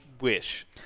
wish